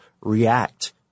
react